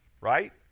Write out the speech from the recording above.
right